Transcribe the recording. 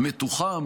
מתוחם,